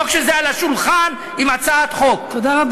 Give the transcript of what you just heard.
לא כשזה על השולחן עם הצעת חוק.